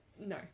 No